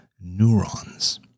neurons